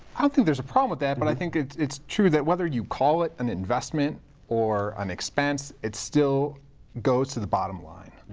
ah think there's a problem with that. but i think it's it's true that whether you call it an investment or an expense, it still goes to the bottom line.